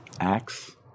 Acts